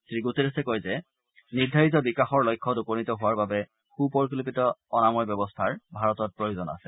শ্ৰীগুটেৰেছে কয় যে নিৰ্ধাৰিত বিকাশৰ লক্ষ্যত উপনীত হোৱাৰ বাবে সুপৰিকগ্পিত অনাময় ব্যৱস্থাৰ ভাৰতত প্ৰয়োজন আছে